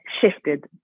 shifted